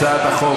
(שירות במשטרה ושירות מוכר)